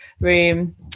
room